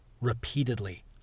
repeatedly